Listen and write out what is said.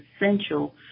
essential